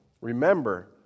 Remember